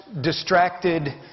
distracted